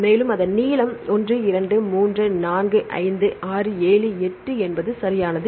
மேலும் அதன் நீளம் 1 2 3 4 5 6 7 8 சரியானது